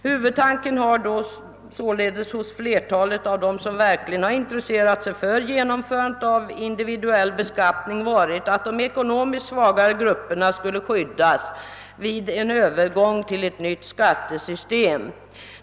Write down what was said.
Huvudtanken har således hos flertalet av dem som verkligen intresserat sig för genomfö randet av individuell beskattning varit att de ekonomiskt svagare grupperna skulle skyddas vid en övergång till ett nytt skattesystem.